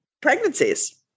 pregnancies